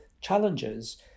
challenges